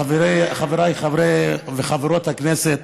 חבריי חברי וחברות הכנסת